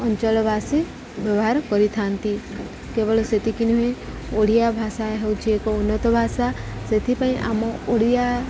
ଅଞ୍ଚଳବାସୀ ବ୍ୟବହାର କରିଥାନ୍ତି କେବଳ ସେତିକି ନୁହେଁ ଓଡ଼ିଆ ଭାଷା ହେଉଛିି ଏକ ଉନ୍ନତ ଭାଷା ସେଥିପାଇଁ ଆମ ଓଡ଼ିଆ